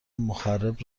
مخرب